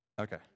Okay